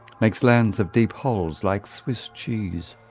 makes lands of deep holes like swiss cheese.